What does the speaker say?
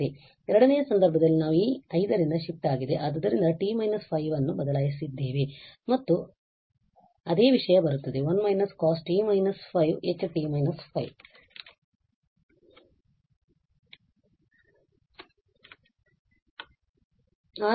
ಎರಡನೆಯ ಸಂದರ್ಭದಲ್ಲಿ ನಾವು ಈ 5 ರಿಂದ ಶಿಫ್ಟ್ ಆಗಿದೆ ಆದ್ದರಿಂದ t − 5 ನ್ನು ಬದಲಾಯಿಸಿದ್ದೇವೆ ಮತ್ತು ಮತ್ತೆ ಅದೇ ವಿಷಯವು ಬರುತ್ತದೆ 1 − cost − 5Ht − 5